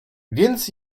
więc